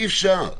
אי אפשר.